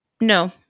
No